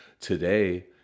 today